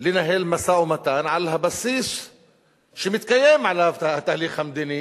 לנהל משא-ומתן על הבסיס שמתקיים עליו התהליך המדיני,